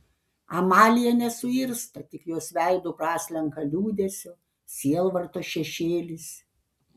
amalija nesuirzta tik jos veidu praslenka liūdesio sielvarto šešėlis